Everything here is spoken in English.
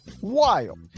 wild